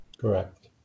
Correct